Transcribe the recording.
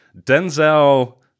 Denzel